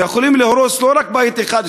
ויכולים להרוס לא רק בית אחד,